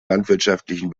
landwirtschaftlichen